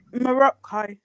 Morocco